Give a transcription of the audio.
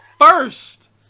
first